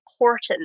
important